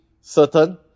certain